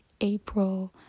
april